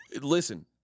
Listen